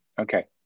Okay